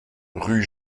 rue